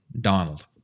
Donald